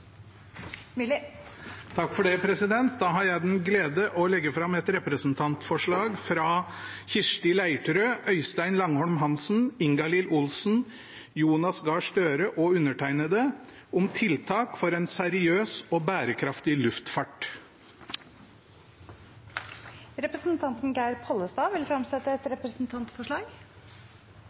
Myrli vil fremsette et representantforslag. Jeg har den glede å legge fram et representantforslag fra Kirsti Leirtrø, Øystein Langholm Hansen, Ingalill Olsen, Jonas Gahr Støre og undertegnede om tiltak for en seriøs og bærekraftig luftfart. Representanten Geir Pollestad vil fremsette et representantforslag.